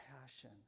passion